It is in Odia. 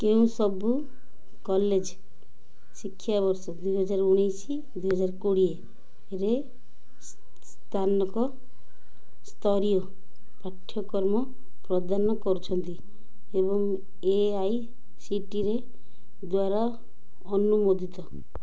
କେଉଁ ସବୁ କଲେଜ୍ ଶିକ୍ଷାବର୍ଷ ଦୁଇହଜାରେ ଉଣେଇଶ ଦୁଇହଜାର କୋଡ଼ିଏରେ ସ୍ନାନକ ସ୍ତରୀୟ ପାଠ୍ୟକ୍ରମ ପ୍ରଦାନ କରୁଛନ୍ତି ଏବଂ A I C T E ଦ୍ୱାରା ଅନୁମୋଦିତ